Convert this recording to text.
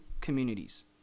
communities